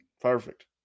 perfect